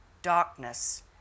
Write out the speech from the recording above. Darkness